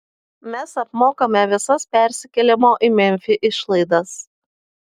mes apmokame visas persikėlimo į memfį išlaidas